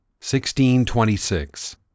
1626